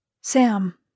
Sam